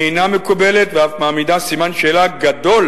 אינה מקובלת ואף מעמידה סימן שאלה גדול